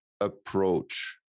approach